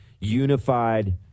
unified